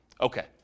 Okay